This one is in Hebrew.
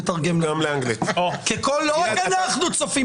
תתרגם לאנגלית כי לא רק אנחנו צופים